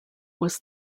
was